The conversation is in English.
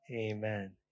Amen